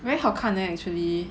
very 好看 leh actually